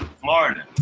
Florida